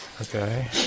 Okay